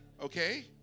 Okay